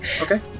okay